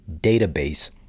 database